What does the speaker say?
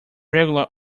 regular